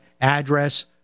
address